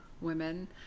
women